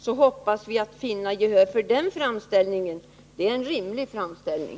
Jag hoppas att vi skall finna gehör för detta — den framställning som vi gör i reservationen är rimlig.